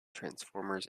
transformers